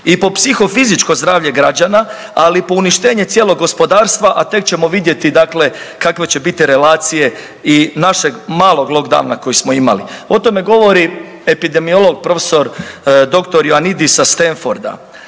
i po psihofizičko zdravlje građana, ali i po uništenje cijelog gospodarstva, a tek ćemo vidjeti dakle kakve će biti relacije i našeg malog lockdowna koji smo imali. O tome govori epidemiolog profesor doktor Junaidi sa Stanforda.